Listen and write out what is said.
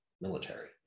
military